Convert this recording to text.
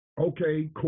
okay